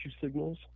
Signals